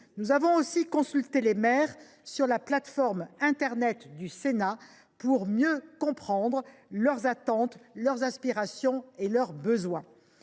nous avons aussi consulté les maires sur la plateforme internet du Sénat pour mieux comprendre leurs attentes, leurs aspirations et leurs besoins.